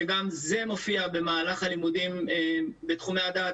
שגם זה מופיע במהלך הלימודים בתחומי הדעת